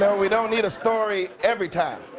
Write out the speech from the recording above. so we don't need a story every time.